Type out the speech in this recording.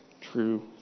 True